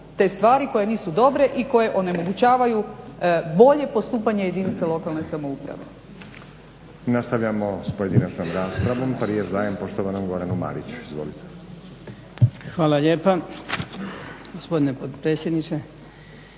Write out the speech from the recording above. te stvari koje nisu dobre i koje onemogućavaju bolje postupanje jedinica lokalne samouprave.